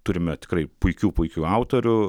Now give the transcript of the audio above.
turime tikrai puikių puikių autorių